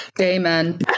Amen